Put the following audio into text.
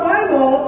Bible